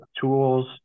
tools